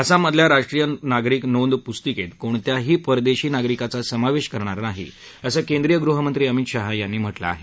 आसाममधल्या राष्ट्रीय नागरिक नोंद पुस्तिकेत कोणत्याही परदेशी नागरिकाचा समावेश करणार नाही असं केंद्रीय गृहमंत्री अमित शाह यांनी म्हटलं आहे